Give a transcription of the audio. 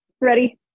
Ready